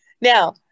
Now